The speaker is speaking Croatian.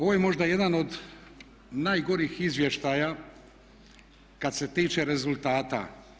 Ovo je možda jedan od najgorih izvještaja kad se tiče rezultata.